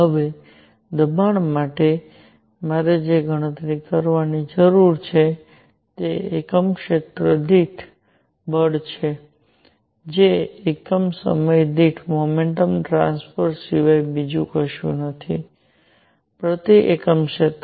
હવે દબાણ માટે મારે જે ગણતરી કરવાની જરૂર છે તે એકમ ક્ષેત્ર દીઠ બળ છે જે એકમ સમય દીઠ મોમેન્ટમ ટ્રાન્સફર સિવાય બીજું કશું નથી પ્રતિ એકમ ક્ષેત્ર